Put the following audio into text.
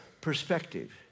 perspective